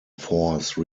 force